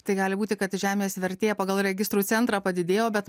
tai gali būti žemės vertė pagal registrų centrą padidėjo bet